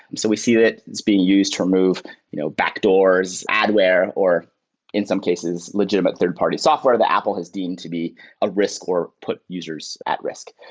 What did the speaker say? so we see that it's being used to remove you know backdoors, adware, or in some cases, legitimate third-party software that apple has deemed to be a risk or put users at risk.